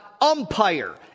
umpire